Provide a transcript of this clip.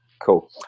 Cool